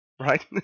right